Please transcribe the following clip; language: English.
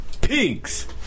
Pigs